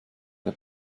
che